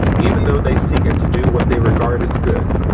even though they seek it to do what they regard as good,